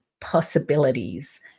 possibilities